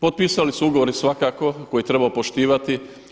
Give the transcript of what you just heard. Potpisali su ugovor svakako koji treba poštivati.